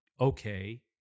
okay